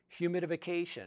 humidification